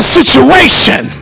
situation